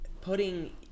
putting